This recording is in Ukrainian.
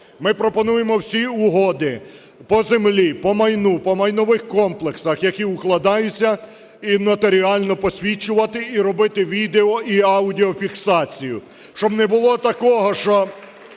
Ми пропонуємо всі угоди по землі, по майну, по майнових комплексах які укладаються, і нотаріально посвідчувати і робити відео- і аудіофіксацію, щоб не було такого, що